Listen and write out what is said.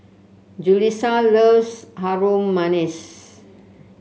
Julisa loves Harum Manis